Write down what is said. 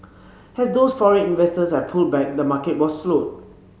as those foreign investors have pulled back the market was slowed